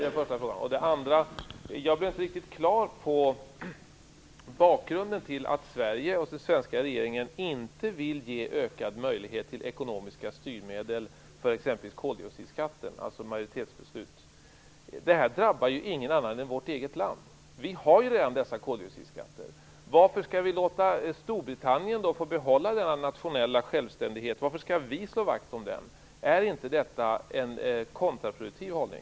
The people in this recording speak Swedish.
Den andra frågan kommer sig av att jag inte blev riktigt klar över bakgrunden till att Sverige och den svenska regeringen inte vill ge ökade möjligheter till att använda ekonomiska styrmedel när det gäller exempelvis koldioxodskatten. Jag talar alltså om majoritetsbeslut. Detta drabbar bara vårt eget land. Vi har ju redan dessa koldioxidskatter. Varför skall vi då låta Storbritannien behålla denna nationella självständighet? Varför skall vi slå vakt om den? Är inte detta en kontraproduktiv hållning?